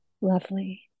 Lovely